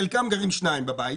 חלקם גרים שנים בבית,